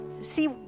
see